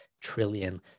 trillion